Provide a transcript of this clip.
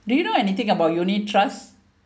do you know anything about unit trust